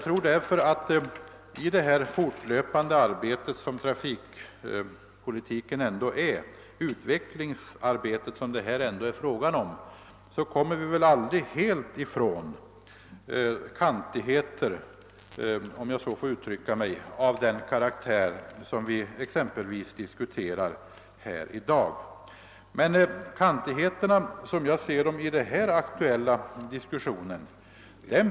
I det fortlöpande utvecklingsarbete som det här ändå är fråga om kommer vi aldrig helt ifrån kantigheter — om jag så får uttrycka det — av exempelvis den karaktär som vi i dag diskuterar.